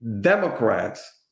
Democrats